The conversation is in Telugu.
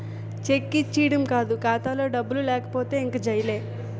చెక్ ఇచ్చీడం కాదు ఖాతాలో డబ్బులు లేకపోతే ఇంక జైలే